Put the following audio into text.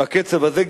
בקצב הזה,